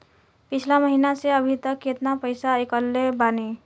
पिछला महीना से अभीतक केतना पैसा ईकलले बानी?